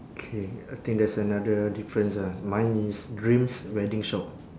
K I think that's another difference ah mine is dreams wedding shop